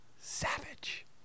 savage